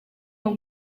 will